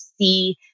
See